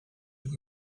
with